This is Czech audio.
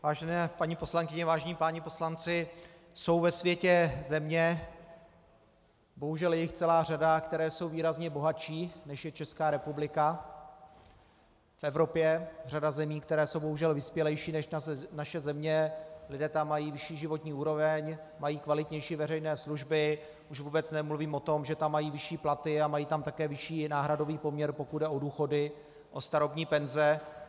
Vážené paní poslankyně, vážení páni poslanci, jsou ve světě země, bohužel je jich celá řada, které jsou výrazně bohatší, než je Česká republika, v Evropě řada zemí, které jsou bohužel vyspělejší než naše země, lidé tam mají vyšší životní úroveň, mají kvalitnější veřejné služby, a už vůbec nemluvím o tom, že tam mají vyšší platy a mají tam také vyšší náhradový poměr, pokud jde o důchody, o starobní penze.